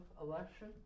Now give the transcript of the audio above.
election